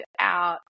out